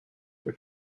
were